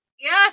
yes